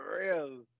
real